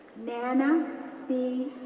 nana b.